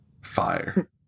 Fire